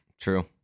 true